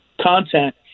content